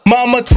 Mama